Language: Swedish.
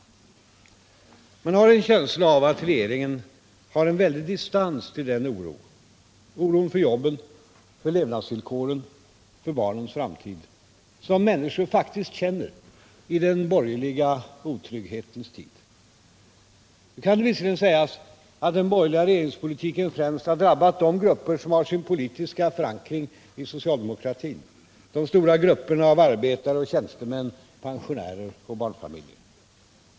Man har en känsla av att regeringen har en väldig distans till den oro — oron för jobben, för levnadsvillkoren, för barnens framtid - som människor faktiskt känner i den borgerliga otrygghetens tid. Nu kan det visserligen sägas att den borgerliga regeringspolitiken främst har drabbat de grupper som har sin politiska förankring i socialdemokratin — de stora grupperna av arbetare och tjänstemän, pensionärer och barnfamiljer.